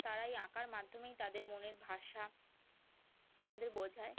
তারা এই আঁকার মাধ্যমেই তাদের মনের ভাষা আমাদের বোঝায়